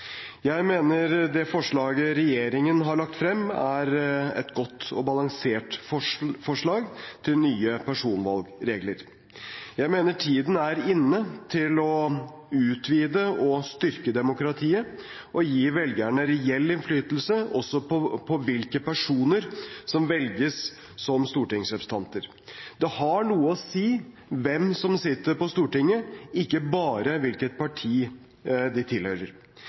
Jeg mener det forslaget regjeringen har lagt frem, er et godt og balansert forslag til nye personvalgregler. Jeg mener tiden er inne for å utvide og styrke demokratiet og gi velgerne reell innflytelse også på hvilke personer som velges som stortingsrepresentanter. Det har noe å si hvem som sitter på Stortinget, ikke bare hvilket parti de tilhører.